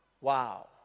Wow